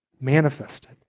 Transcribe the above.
manifested